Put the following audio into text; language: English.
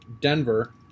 Denver